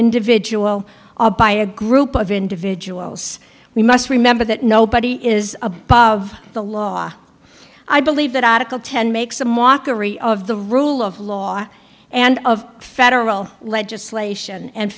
individual by a group of individuals we must remember that nobody is above the law i believe that article ten makes a mockery of the rule of law and of federal legislation and